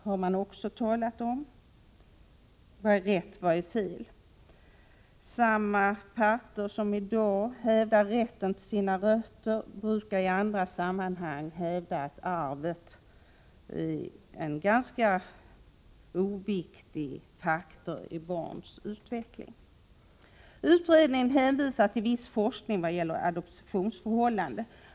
Vad är rätt och vad är fel? Samma parter som i dag hävdar rätten för människor att få veta var de har sina rötter brukar i andra sammanhang hävda att arvet är en ganska oviktig faktor i fråga om barns utveckling. Utredningen hänvisar till viss forskning vad gäller adoptionsförhållanden.